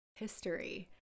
history